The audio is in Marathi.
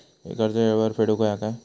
कर्ज येळेवर फेडूक होया काय?